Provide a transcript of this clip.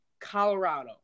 Colorado